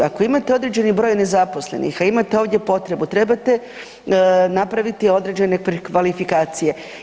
Ako imate određeni broj nezaposlenih, a imate ovdje potrebu, trebate napraviti određene prekvalifikacije.